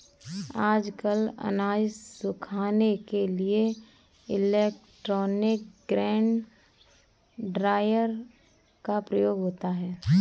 आजकल अनाज सुखाने के लिए इलेक्ट्रॉनिक ग्रेन ड्रॉयर का उपयोग होता है